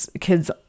kids